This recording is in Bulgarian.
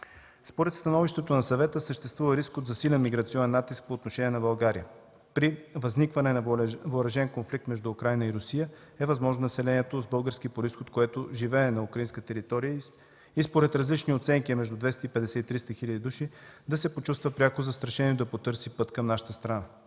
Според становището на Съвета съществува риск от засилен миграционен натиск по отношение на България. При възникване на въоръжен конфликт между Украйна и Русия е възможно населението с български произход, което живее на украинска територия и според различни оценки между 250 и 300 хиляди души, да се почувства пряко застрашено и да потърси път към нашата страна.